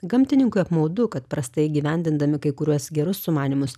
gamtininkui apmaudu kad prastai įgyvendindami kai kuriuos gerus sumanymus